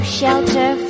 shelter